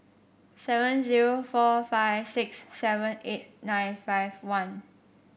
seven zero four five six seven eight nine five one